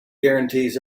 guarantees